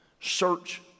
search